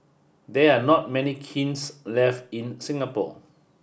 there are not many kilns left in Singapore